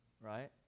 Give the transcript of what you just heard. right